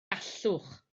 gallwch